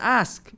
ask